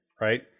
right